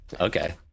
Okay